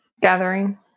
Gathering